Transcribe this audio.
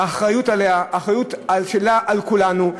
האחריות שלה היא לכולנו.